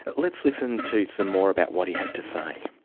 but let's listen to some more about what he had to say.